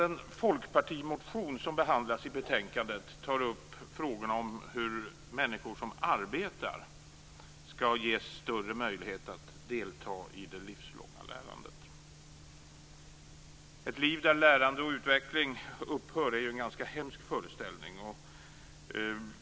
Den folkpartimotion som behandlas i betänkandet tar upp frågan om hur människor som arbetar skall ges större möjlighet att delta i det livslånga lärande. Ett liv där lärande och utveckling upphör är ganska hemskt att föreställa sig.